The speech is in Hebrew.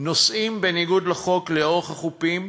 נוסעים בניגוד לחוק לאורך החופים,